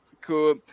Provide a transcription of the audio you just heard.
Cool